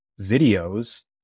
videos